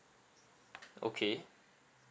okay